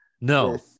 No